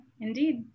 indeed